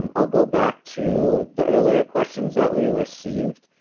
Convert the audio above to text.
i will go back to the earlier questions that we received.